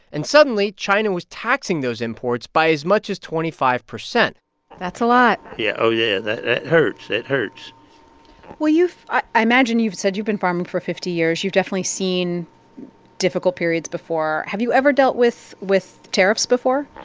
and suddenly, china was taxing those imports by as much as twenty five point that's a lot yeah. oh, yeah. that hurts. that hurts well, you've i i imagine you've said you've been farming for fifty years. you've definitely seen difficult periods before. have you ever dealt with with tariffs before?